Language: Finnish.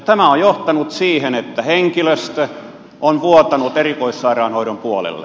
tämä on johtanut siihen että henkilöstö on vuotanut erikoissairaanhoidon puolelle